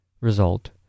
Result